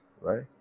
right